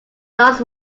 last